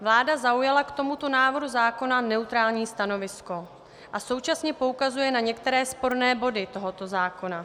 Vláda zaujala k tomuto návrhu zákona neutrální stanovisko a současně poukazuje na některé sporné body tohoto zákona.